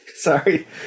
Sorry